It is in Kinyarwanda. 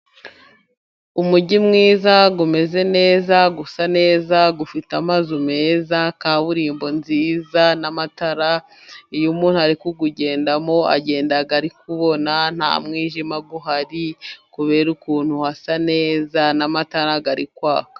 Umujyi mwiza, umeze neza, usa neza, ufite amazu meza, kaburimbo nziza n'amatara. Iyo umuntu ari kuwugendamo, agenda ari kubona nta mwijima uhari, kubera ukuntu hasa neza n'amatara ari kwaka.